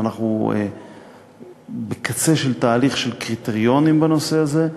אנחנו בקצה של תהליך של קביעת קריטריונים בנושא הזה,